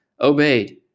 obeyed